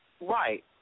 Right